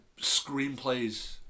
screenplays